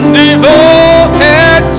devoted